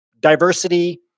Diversity